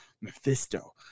Mephisto